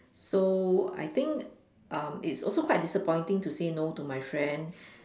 so I think um it's also quite disappointing to say no to my friend